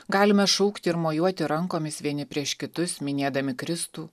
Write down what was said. galime šaukti ir mojuoti rankomis vieni prieš kitus minėdami kristų